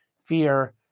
fear